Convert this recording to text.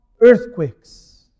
Earthquakes